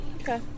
Okay